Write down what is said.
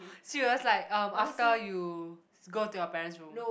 serious like um after you go to your parent's room